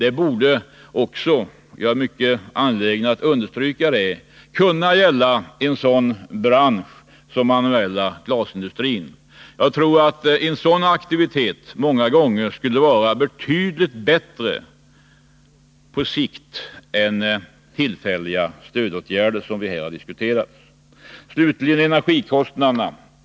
Det borde också — jag är mycket angelägen att understryka det — kunna gälla en sådan bransch som den manuella glasindustrin. Jag tror att detta många gånger skulle vara betydligt bättre på sikt än tillfälliga stödåtgärder, som vi här i dag har diskuterar. Slutligen är det fråga om energikostnaderna.